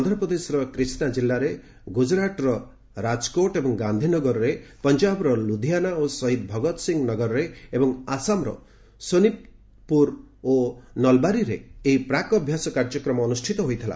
ଆନ୍ଧ୍ରପ୍ରଦେଶର କ୍ରିଷ୍ଣା ଜିଲ୍ଲାରେ ଗୁକୁରାଟ୍ର ରାଜକୋଟ୍ ଓ ଗାନ୍ଧିନଗରରେ ପଞ୍ଜାବର ଲୁଧିଆନା ଓ ଶହୀଦ୍ ଭଗତ୍ ସିଂହ ନଗରରେ ଏବଂ ଆସାମର ସୋନିତ୍ପୁର ଓ ନଲବାରୀରେ ଏହି ପ୍ରାକ୍ ଅଭ୍ୟାସ କାର୍ଯ୍ୟକ୍ରମ ଅନୁଷ୍ଠିତ ହୋଇଥିଲା